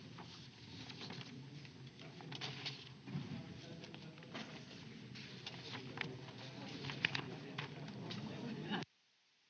Kiitos.